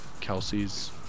Kelsey's